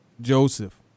Joseph